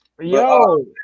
Yo